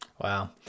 Wow